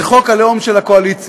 זה חוק הלאום של הקואליציה.